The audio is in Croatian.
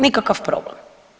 Nikakav problem.